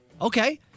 okay